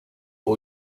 all